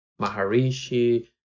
Maharishi